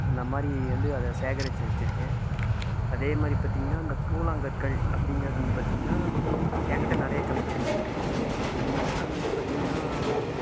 அந்தமாதிரி வந்து அதை சேகரித்து வச்சிருக்கேன் அதேமாதிரி பார்த்திங்கன்னா அந்த கூலாங்கற்கள் அப்படிங்கிறது வந்து பார்த்திங்கன்னா ஏங்கிட்ட நிறைய கலெக்ஷன் இருக்கு அது வந்து பார்த்திங்கன்னா